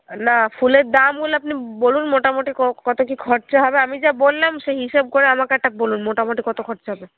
না ফুলের দামগুলো আপনি বলুন মোটামোটি ক কত কি খরচা হবে আমি যা বললাম সেই হিসাব করে আমাকে একটা বলুন মোটামোটি কত খরচা হবে